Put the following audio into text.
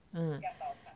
uh